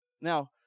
Now